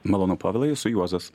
malonu povilai esu juozas